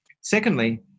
Secondly